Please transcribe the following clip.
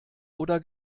oder